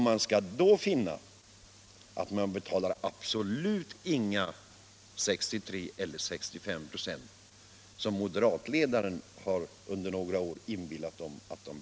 De skall då finna att de absolut inte betalar 63 eller 65 26 som moderatledaren under några år har inbillat dem.